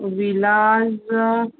villas